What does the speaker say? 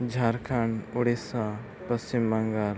Jharkhand Odisha Paschim Bengal